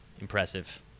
impressive